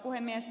puhemies